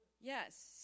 yes